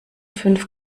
fünf